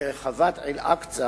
מרחבת אל-אקצא